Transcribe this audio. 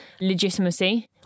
legitimacy